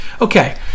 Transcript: Okay